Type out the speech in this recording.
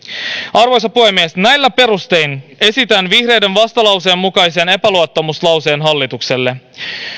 arvoisa puhemies näillä perustein esitän vihreiden vastalauseen mukaisen epäluottamuslauseen hallitukselle